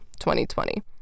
2020